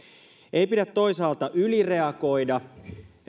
ei pidä toisaalta ylireagoida